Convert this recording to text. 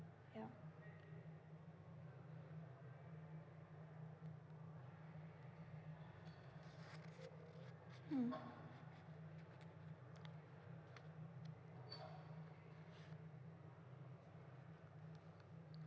ya mm